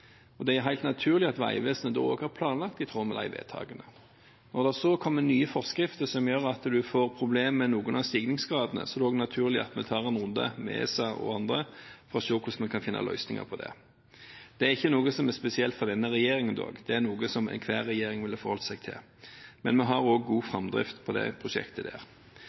løp. Det er helt naturlig at Vegvesenet har planlagt i tråd med de vedtakene. Når det så kommer nye forskrifter som gjør at en får problemer med noen av stigningsgradene, er det naturlig at vi tar en runde med ESA og andre for å se om vi kan finne løsninger for det. Det er ikke noe som er spesielt for denne regjeringen. Det er noe som enhver regjering ville forholdt seg til, men vi har god framdrift også på det prosjektet.